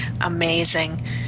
amazing